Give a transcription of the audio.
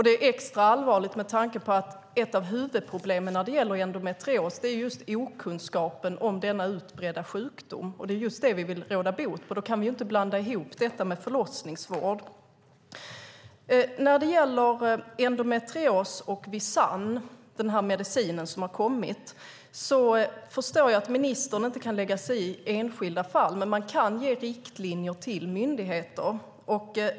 Det är extra allvarligt med tanke på att ett av huvudproblemen när det gäller endometrios är okunskapen om denna utbredda sjukdom. Det är just det vi vill råda bot på. Då kan vi inte blanda ihop detta med förlossningsvård. När det gäller endometrios och Visanne, den medicin som har kommit, förstår jag att ministern inte kan lägga sig i enskilda fall. Men man kan ge riktlinjer till myndigheter.